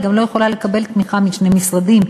היא גם לא יכולה לקבל תמיכה משני משרדים.